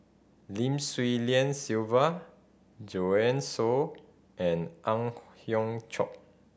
Lim Swee Lian Sylvia Joanne Soo and Ang Hiong Chiok